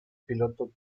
piloto